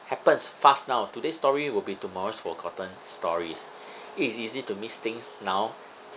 happens fast now today's story will be tomorrow's forgotten stories it is easy to miss things now